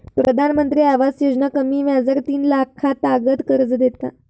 प्रधानमंत्री आवास योजना कमी व्याजार तीन लाखातागत कर्ज देता